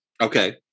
Okay